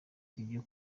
ibyo